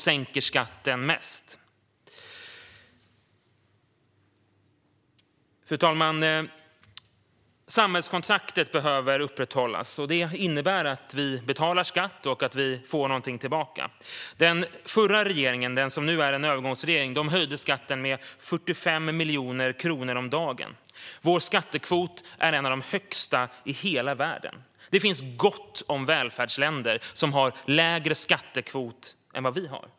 Fru talman! Samhällskontraktet behöver upprätthållas. Det innebär att vi betalar skatt och att vi får någonting tillbaka. Den förra regeringen, den som nu är en övergångsregering, höjde skatten med 45 miljoner kronor om dagen. Sveriges skattekvot är en av de högsta i hela världen. Det finns gott om välfärdsländer som har lägre skattekvot än vad vi har.